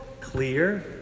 clear